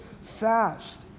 fast